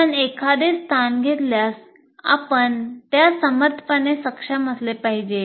आपण एखादे स्थान घेतल्यास आपण त्यास समर्थपणे सक्षम असले पाहिजे